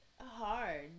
hard